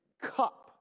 cup